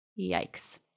Yikes